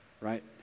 right